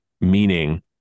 meaning